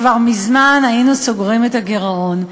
כבר מזמן היינו סוגרים את הגירעון.